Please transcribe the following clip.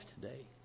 today